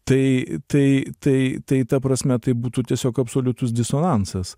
tai tai tai tai ta prasme tai būtų tiesiog absoliutus disonansas